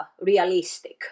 realistic